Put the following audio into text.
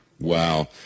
Wow